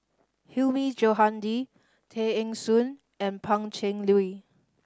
Hilmi Johandi Tay Eng Soon and Pan Cheng Lui